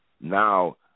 now